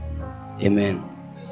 Amen